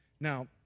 Now